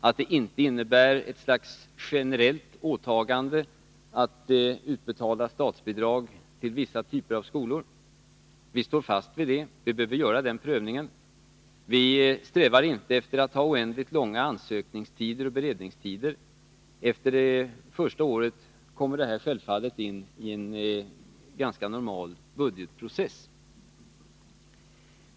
Beslutet innebär inte ett slags generellt åtagande att utbetala statsbidrag till vissa typer av skolor. Vi står fast vid det. Vi behöver göra den prövningen. Vi strävar inte efter att ha oändligt långa ansökningstider och beredningstider. Efter det första året kommer det här självfallet in i en ganska normal budgetprocess.